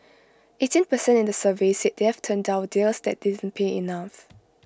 eighteen per cent in the survey said they've turned down deals that didn't pay enough